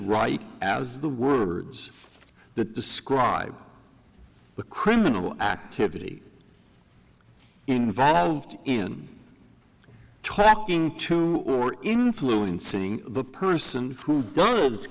write as the words that describe the criminal activity involved in talking to or influencing the person who does